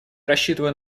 рассчитываю